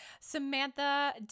Samantha